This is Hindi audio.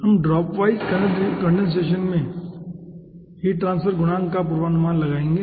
हम ड्रॉप वाइज कंडेनसेशन में हीट ट्रांसफर गुणांक का पूर्वानुमान लगाएंगे